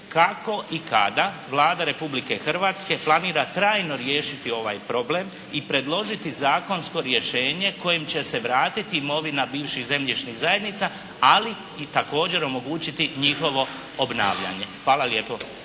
kako i kada Vlada Republike Hrvatske planira trajno riješiti ovaj problem i predložiti zakonsko rješenje kojim će se vratiti imovina bivših zemljišnih zajednica ali i također omogućiti njihovo obnavljanje. Hvala lijepo.